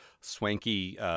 swanky